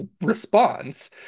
response